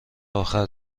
آخر